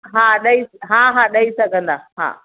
हा ॾेई हा हा ॾेई सघंदा हा हा